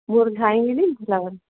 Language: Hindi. मुरझाएँगे नहीं फ्लावर